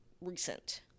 recent